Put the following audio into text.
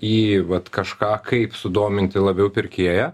į vat kažką kaip sudominti labiau pirkėją